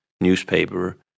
newspaper